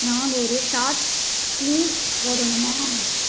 நான் ஒரு short sleeve போடணுமா